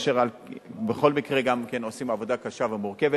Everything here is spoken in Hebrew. אשר בכל מקרה גם כן עושים עבודה קשה ומורכבת.